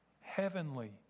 heavenly